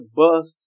bus